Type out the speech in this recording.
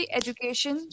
education